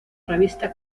revista